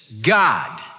God